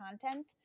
content